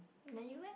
then you eh